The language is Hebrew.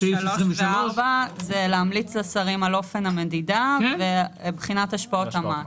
בסעיף 23(4) כתוב שאחד מתפקידי ועדת היישום הוא "לבחון את השפעות המס"